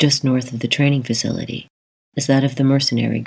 just north of the training facility is that of the mercenary